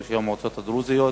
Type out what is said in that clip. ראשי המועצות הדרוזיות,